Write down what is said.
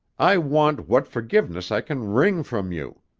i want what forgiveness i can wring from you.